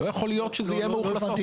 לא יכול להיות שזה יהיה מאוכלסות.